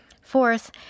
Fourth